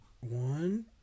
one